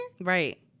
Right